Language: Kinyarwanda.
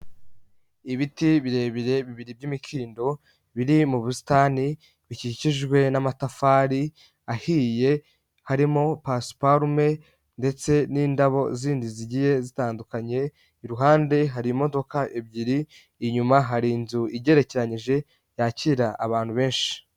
Ibiti birebire bibiri by'imikindo biri mu busitani bikikijwe n'amatafari ahiye, harimo pasiparume ndetse n'indabo zindi zigiye zitandukanye, iruhande hari imodoka ebyiri, inyuma hari inzu igerekeranyije yakira abantu benshi.